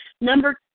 Number